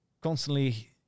constantly